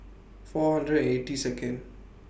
four hundred and eighty Second